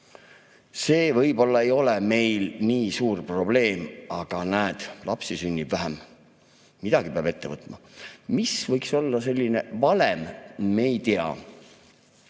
See võib-olla ei ole meil nii suur probleem, aga näed, lapsi sünnib vähem. Midagi peab ette võtma. Mis võiks olla [õige] valem, me ei tea. Meil